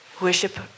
Worship